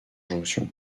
jonction